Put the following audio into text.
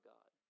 God